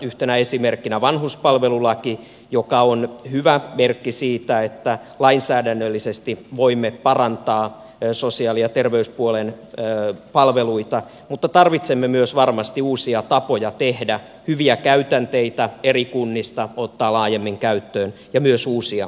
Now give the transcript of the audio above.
yhtenä esimerkkinä on vanhuspalvelulaki joka on hyvä merkki siitä että lainsäädännöllisesti voimme parantaa sosiaali ja terveyspuolen palveluita mutta tarvitsemme varmasti myös uusia tapoja tehdä hyviä käytänteitä eri kunnista ottaa laajemmin käyttöön ja myös uusia ideoita